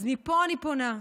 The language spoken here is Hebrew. אז מפה אני פונה,